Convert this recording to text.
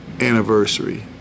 anniversary